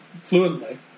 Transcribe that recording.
fluently